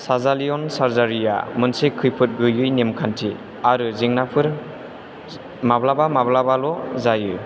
चाजालियन सार्जारिया मोनसे खैफोद गैयै नेमखान्थि आरो जेंनाफोर माब्लाबा माब्लाबाल' जायो